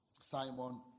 Simon